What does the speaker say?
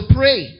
pray